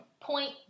Point